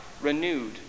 renewed